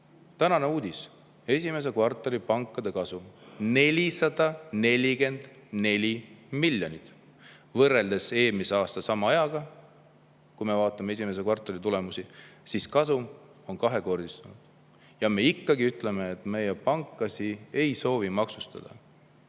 Tänane uudis: esimeses kvartalis oli pankade kasum 444 miljonit. Võrreldes eelmise aasta sama ajaga, kui me vaatame esimese kvartali tulemusi, on kasum kahekordistunud. Ja ikkagi öeldakse, et meie pankasid ei soovi maksustada.